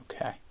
okay